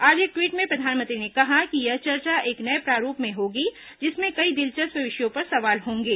आज एक ट्वीट संदेश में प्रधानमंत्री ने कहा कि यह चर्चा एक नए प्रारूप में होगी जिसमें कई दिलचस्प विषयों पर सवाल होंगे